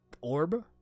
orb